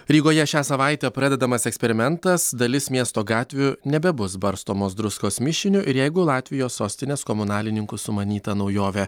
rygoje šią savaitę pradedamas eksperimentas dalis miesto gatvių nebebus barstomos druskos mišiniu ir jeigu latvijos sostinės komunalininkų sumanyta naujovė